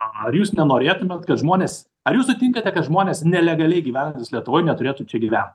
ar jūs nenorėtumėt kad žmonės ar jūs sutinkate kad žmonės nelegaliai gyvenantys lietuvoje neturėtų čia gyvent